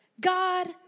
God